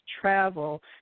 travel